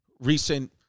recent